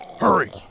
Hurry